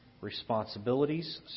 responsibilities